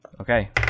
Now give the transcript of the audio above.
Okay